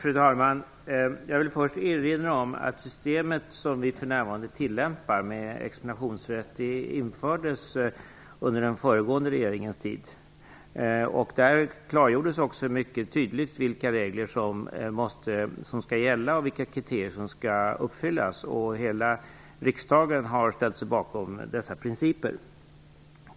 Fru talman! Jag vill först erinra om att det system med examensrätt som vi för närvarande tillämpar infördes under den föregående regeringens tid. Där klargjordes mycket tydligt vilka regler som skall gälla och vilka kriterier som skall uppfyllas. Hela riksdagen har ställt sig bakom dessa principer.